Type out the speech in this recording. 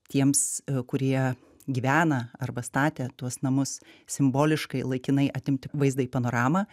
tiems kurie gyvena arba statė tuos namus simboliškai laikinai atimti vaizdą į panoramą